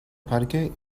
parque